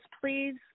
please